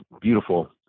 beautiful